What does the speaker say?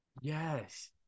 Yes